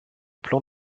plans